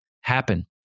happen